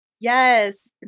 Yes